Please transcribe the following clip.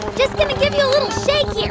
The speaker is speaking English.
just going to give you a little shake here.